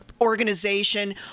organization